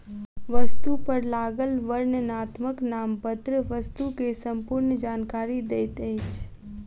वस्तु पर लागल वर्णनात्मक नामपत्र वस्तु के संपूर्ण जानकारी दैत अछि